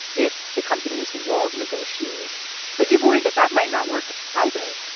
if the companies won't negotiate but you've worried that that might not work either.